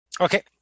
Okay